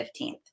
15th